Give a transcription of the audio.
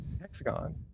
hexagon